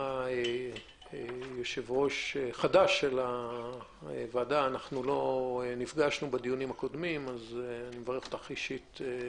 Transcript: יושב-ראש חדש של הוועדה אני מברך אותך לשלום.